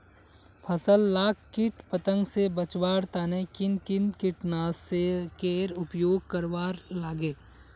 फसल लाक किट पतंग से बचवार तने किन किन कीटनाशकेर उपयोग करवार लगे?